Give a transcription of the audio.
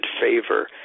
favor